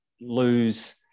lose